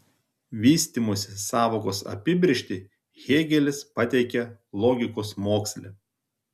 vystymosi sąvokos apibrėžtį hėgelis pateikia logikos moksle